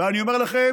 ואני אומר לכם,